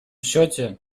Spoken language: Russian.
счете